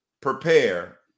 prepare